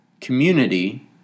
community